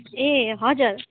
ए हजुर